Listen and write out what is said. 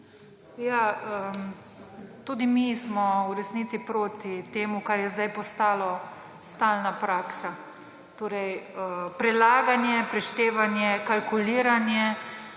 Tudi mi smo v resnici proti temu, kar je sedaj postalo stalna praksa. Torej prelaganje, preštevanje, kalkuliranje,